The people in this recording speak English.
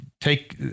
Take